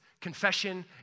Confession